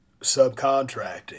Subcontracting